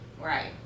right